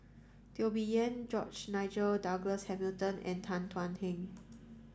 Teo Bee Yen George Nigel Douglas Hamilton and Tan Thuan Heng